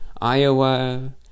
Iowa